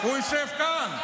הוא יושב כאן.